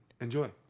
enjoy